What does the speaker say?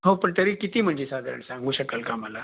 हो पण तरी किती म्हणजे साधारण सांगू शकाल का आम्हाला